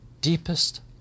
deepest